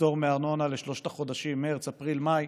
לפטור מארנונה לשלושת החודשים מרץ, אפריל ומאי